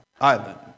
Island